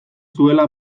zuela